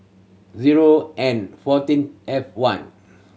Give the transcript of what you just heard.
zero N fourteen F one